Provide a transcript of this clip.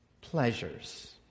pleasures